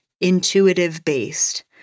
intuitive-based